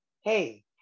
hey